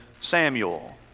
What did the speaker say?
Samuel